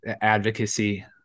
advocacy